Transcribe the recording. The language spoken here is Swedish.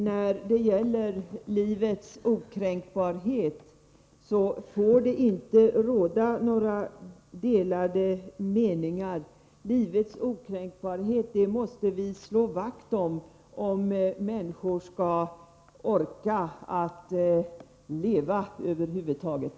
När det gäller livets okränkbarhet får det inte råda några delade meningar. Vi måste slå vakt om livets okränkbarhet, om människor skall orka att leva över huvud taget.